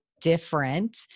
different